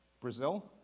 Brazil